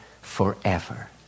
forever